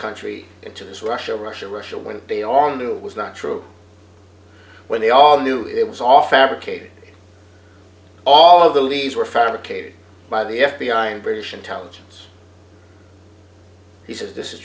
country into this russia russia russia when they all knew was not true when they all knew it was all fabricated all of the leads were fabricated by the f b i and british intelligence he said this is